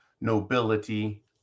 nobility